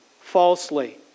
falsely